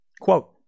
Quote